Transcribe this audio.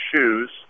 shoes